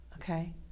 okay